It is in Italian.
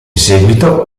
seguito